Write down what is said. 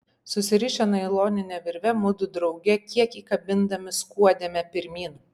susirišę nailonine virve mudu drauge kiek įkabindami skuodėme pirmyn